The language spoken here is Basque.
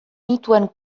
nituen